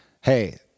Hey